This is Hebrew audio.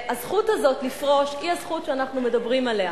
והזכות הזאת לפרוש היא הזכות שאנחנו מדברים עליה.